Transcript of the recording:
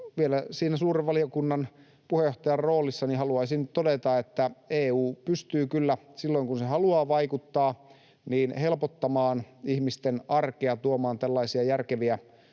suuren valiokunnan puheenjohtajan roolissa haluaisin todeta, että EU pystyy kyllä silloin, kun se haluaa vaikuttaa, helpottamaan ihmisten arkea, tuomaan tällaisia järkeviä